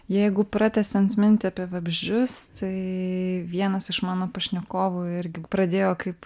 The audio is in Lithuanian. jeigu pratęsiant mintį apie vabzdžius tai vienas iš mano pašnekovų irgi pradėjo kaip